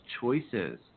choices